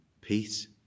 peace